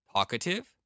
Talkative